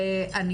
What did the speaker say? יתרה מזו,